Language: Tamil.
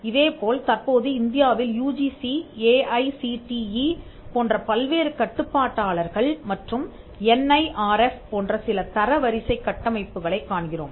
இதேபோல் தற்போது இந்தியாவில் யுஜிசி ஏஐசிடிஇ போன்ற பல்வேறு கட்டுப்பாட்டாளர்கள் மற்றும் என் ஐ ஆர் எஃப் போன்ற சில தரவரிசை கட்டமைப்புகளைக் காண்கிறோம்